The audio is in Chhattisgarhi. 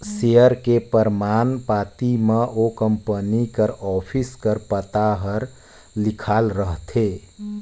सेयर के परमान पाती म ओ कंपनी कर ऑफिस कर पता हर लिखाल रहथे